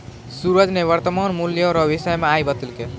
सूरज ने वर्तमान मूल्य रो विषय मे आइ बतैलकै